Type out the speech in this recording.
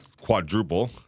quadruple